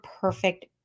perfect